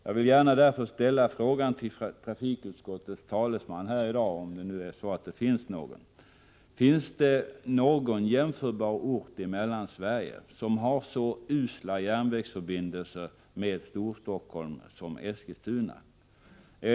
Jag vill därför gärna ställa en fråga till trafikutskottets talesman här i dag, om det nu är någon närvarande: Finns det någon jämförbar ort i Mellansverige, som har så usla järnvägsförbindelser med Storstockholm som Eskilstuna?